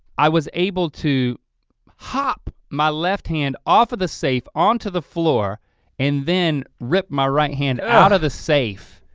i was able to hop my left hand off of the safe onto the floor and then rip my right hand ugh. out of the safe.